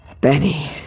Benny